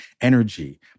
energy